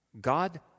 God